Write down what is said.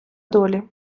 долі